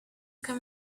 can